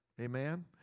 Amen